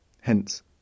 Hence